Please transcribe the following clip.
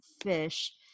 Fish